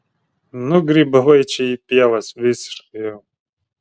nugrybavai čia į pievas visiškai jau